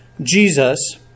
Jesus